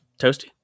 Toasty